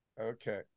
Okay